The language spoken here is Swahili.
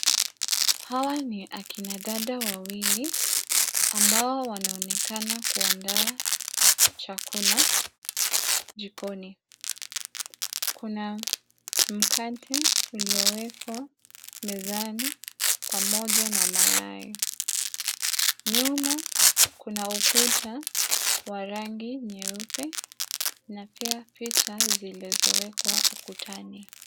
Hawa ni akina dada wawili ambao wanaonekana kuandaa chakula jikoni. Kuna mkate uliowekwa mezani pamoja na mayai. Nyuma kuna ukuta wa rangi nyeupe na pia picha zilizowekwa ukutani.